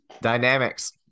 Dynamics